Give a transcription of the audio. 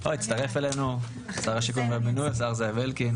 הצטרף אלינו שר השיכון והבינוי השר זאב אלקין,